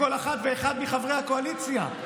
לכל אחת ואחד מחברי הקואליציה.